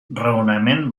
raonament